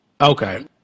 Okay